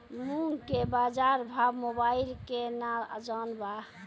मूंग के बाजार भाव मोबाइल से के ना जान ब?